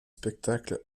spectacles